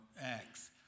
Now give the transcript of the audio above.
Acts